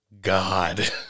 God